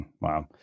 Wow